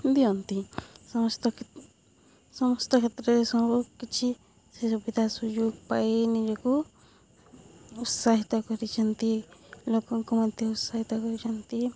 ଦିଅନ୍ତି ସମସ୍ତ ସମସ୍ତ କ୍ଷେତ୍ରରେ ସବୁ କିଛି ସେ ସୁବିଧା ସୁଯୋଗ ପାଇ ନିଜକୁ ଉତ୍ସାହିତ କରିଛନ୍ତି ଲୋକଙ୍କୁ ମଧ୍ୟ ଉତ୍ସାହିତ କରିଛନ୍ତି